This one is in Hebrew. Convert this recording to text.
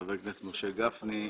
חבר הכנסת משה גפני,